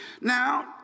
Now